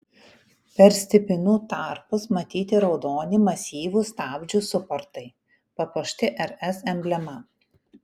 per stipinų tarpus matyti raudoni masyvūs stabdžių suportai papuošti rs emblema